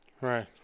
right